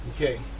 Okay